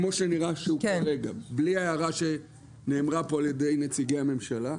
כמו שנראה שהוא כרגע בלי ההערה שנאמרה פה על ידי נציגי הממשלה,